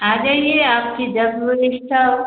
आ जाइए आपकी जब इच्छा हो